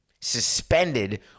suspended